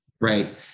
right